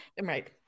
right